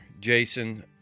Jason